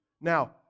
Now